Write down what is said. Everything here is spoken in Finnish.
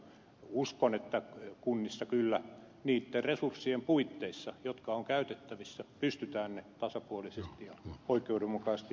uskon että kunnissa kyllä niitten resurssien puitteissa jotka ovat käytettävissä pystytään ne tehtävät tasapuolisesti ja oikeudenmukaisesti toteuttamaan